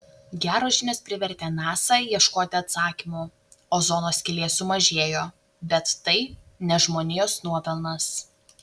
geros žinios privertė nasa ieškoti atsakymų ozono skylė sumažėjo bet tai ne žmonijos nuopelnas